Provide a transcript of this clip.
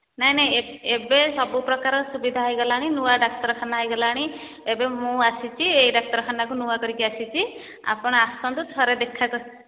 ନାଇଁ ନାଇଁ ଏବେ ସବୁ ପ୍ରକାର ସୁବିଧା ହୋଇଗଲାଣି ନୂଆ ଡାକ୍ତରଖାନା ହୋଇଗଲାଣି ଏବେ ମୁଁ ଆସିଛି ଏଇ ଡାକ୍ତରଖାନାକୁ ନୂଆ କରିକି ଆସିଛି ଆପଣ ଆସନ୍ତୁ ଥରେ ଦେଖା କରିକି